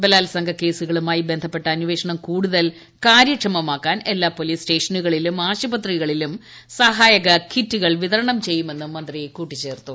ബലാൽസംഗ കേസുകളുമായി ബന്ധപ്പെട്ട് അന്വേഷണം കൂടുതൽ കാര്യക്ഷമമാക്കാൻ എല്ലാ പൊലീസ് സ്റ്റേഷനുകളിലും ആശുപിത്രികളിലും സഹായക കിറ്റുകൾ വിതരണം ചെയ്യുമെന്നും മൃത്തി കൂട്ടിച്ചേർത്തു